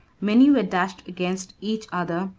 many were dashed against each other,